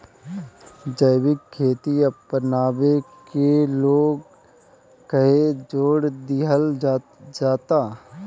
जैविक खेती अपनावे के लोग काहे जोड़ दिहल जाता?